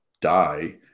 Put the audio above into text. die